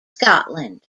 scotland